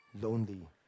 lonely